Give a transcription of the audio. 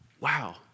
wow